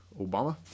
Obama